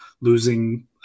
losing